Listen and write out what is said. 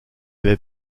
avait